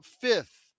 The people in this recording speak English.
fifth